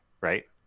right